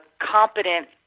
competent